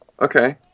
Okay